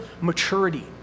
maturity